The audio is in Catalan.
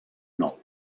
nou